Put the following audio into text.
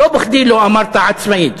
לא בכדי לא אמרת "עצמאית".